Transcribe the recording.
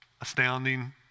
astounding